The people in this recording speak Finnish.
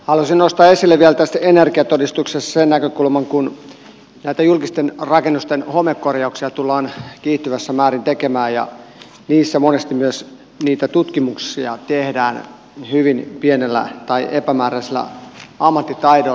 halusin nostaa esille energiatodistuksesta vielä sen näkökulman kun julkisten rakennusten homekorjauksia tullaan kiihtyvässä määrin tekemään ja niissä monesti myös niitä tutkimuksia tehdään hyvin pienellä tai epämääräisellä ammattitaidolla